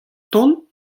tont